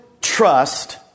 trust